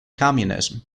communism